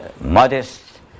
modest